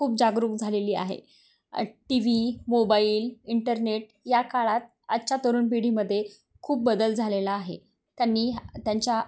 खूप जागरूक झालेली आहे टी व्ही मोबाईल इंटरनेट या काळात आजच्या तरुण पिढीमध्ये खूप बदल झालेला आहे त्यांनी ह त्यांच्या